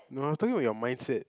no I was talking about your mindset